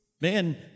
Man